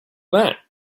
that